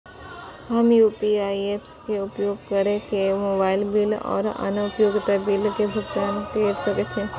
हम UPI apps के उपयोग केर के मोबाइल बिल और अन्य उपयोगिता बिल के भुगतान केर सके छी